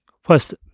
first